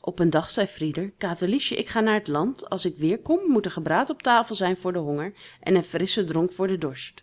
op een dag zei frieder katerliesje ik ga naar het land als ik weerkom moet er gebraad op tafel zijn voor den honger en een frisschen dronk voor den dorst